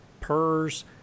purrs